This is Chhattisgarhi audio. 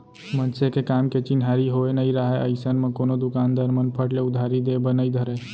मनसे के काम के चिन्हारी होय नइ राहय अइसन म कोनो दुकानदार मन फट ले उधारी देय बर नइ धरय